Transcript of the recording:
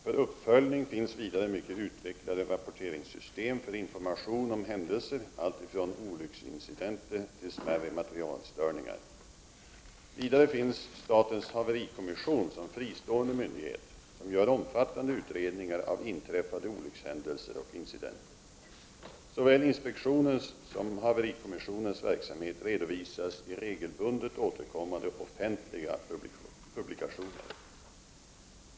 För uppföljning finns vidare mycket utvecklade rapporteringssystem för information om händelser alltifrån olycksincidenter till smärre materielstörningar. Vidare finns statens haverikommission som fristående myndighet, som gör omfattande utredningar av inträffade olyckshändelser och incidenter. Såväl inspektionens som haverikommissionens verksamhet redovisas i regelbundet återkommande offentliga publikationer.